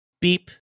beep